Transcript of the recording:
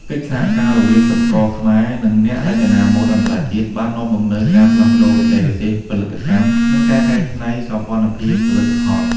កិច្ចសហការរវាងសិប្បករខ្មែរ និងអ្នករចនាម៉ូដអន្តរជាតិ បាននាំមកនូវការផ្លាស់ប្តូរបច្ចេកទេសផលិតកម្ម និងការកែលម្អសោភ័ណភាពផលិតផល។